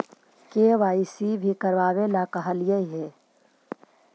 KYC भी करवावेला कहलिये हे?